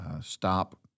stop